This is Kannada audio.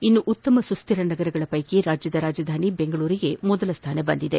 ಇನ್ನು ಉತ್ತಮ ಸುಸ್ಥಿರ ನಗರಗಳ ಪೈಕಿ ರಾಜ್ಯದ ರಾಜಧಾನಿ ಬೆಂಗಳೂರಿಗೆ ಮೊದಲ ಸ್ಥಾನ ಬಂದಿದೆ